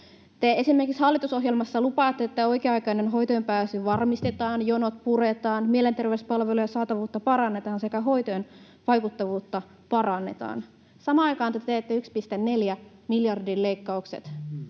Te esimerkiksi hallitusohjelmassa lupaatte, että oikea-aikainen hoitoonpääsy varmistetaan, jonot puretaan, mielenterveyspalvelujen saatavuutta parannetaan sekä hoitojen vaikuttavuutta parannetaan. Samaan aikaan te teette 1,4 miljardin leikkaukset.